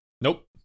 Nope